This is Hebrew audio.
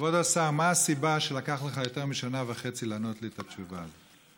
מה הסיבה שלקח לך יותר משנה וחצי לתת לי את התשובה הזאת?